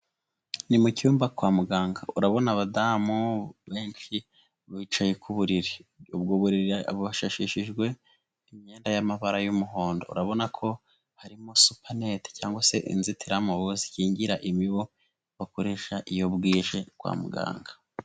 Ni mu cyumba kwa muganga urabona abadamu benshi bicaye ku buriri. Ubwo buriri bushashishijwe imyenda y'amabara y'umuhondo. Urabona ko harimo supanete cyangwa se inzitiramubu zikingira imibu, bakoresha iyo bwije kwa muganga.